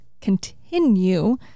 continue